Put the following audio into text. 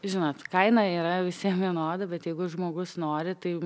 žinot kaina yra visiem vienoda bet jeigu žmogus nori tai